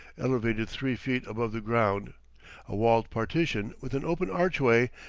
elevated three feet above the ground a walled partition, with an open archway,